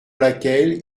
laquelle